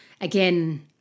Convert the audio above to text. again